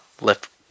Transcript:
left